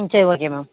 சரி okay ma'am